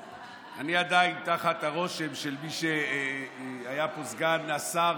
אני עדיין תחת הרושם של מי שהיה פה, סגן השר